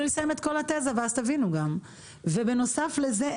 ובנוסף לזה,